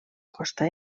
costa